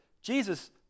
Jesus